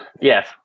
yes